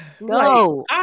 No